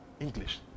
English